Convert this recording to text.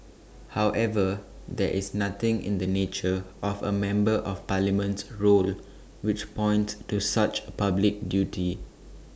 however there is nothing in the nature of A member of Parliament's role which points to such A public duty